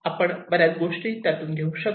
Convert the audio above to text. आपण बऱ्याच गोष्टी त्यातून घेऊ शकतो